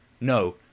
no